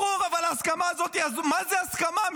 ברור, אבל ההסכמה הזאת, מה זה הסכמה?